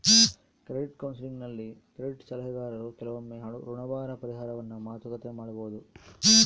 credit ಕೌನ್ಸೆಲಿಂಗ್ನಲ್ಲಿ credit ಸಲಹೆಗಾರರು ಕೆಲವೊಮ್ಮೆ ಋಣಭಾರ ಪರಿಹಾರವನ್ನು ಮಾತುಕತೆ ಮಾಡಬೊದು